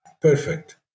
Perfect